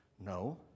No